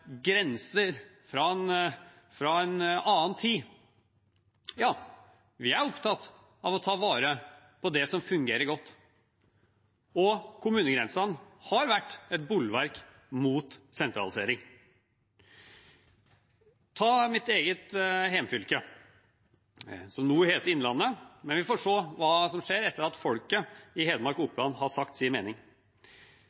grenser fra en annen tid. Ja, vi er opptatt av å ta vare på det som fungerer godt, og kommunegrensene har vært et bolverk mot sentralisering. Ta mitt eget hjemfylke, Hedmark, som nå heter Innlandet, men vi får se hva som skjer etter at folket i Hedmark og